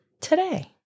today